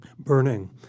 burning